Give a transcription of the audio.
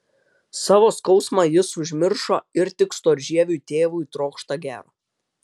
savo skausmą jis užmiršo ir tik storžieviui tėvui trokšta gero